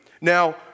Now